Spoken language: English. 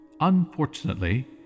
Unfortunately